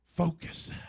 Focus